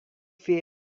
feel